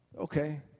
okay